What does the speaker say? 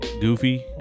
goofy